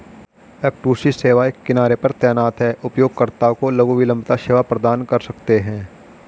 F two C सेवाएं किनारे पर तैनात हैं, उपयोगकर्ताओं को लघु विलंबता सेवा प्रदान कर सकते हैं